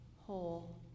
whole